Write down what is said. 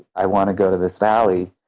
i want to go to this valley.